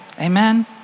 Amen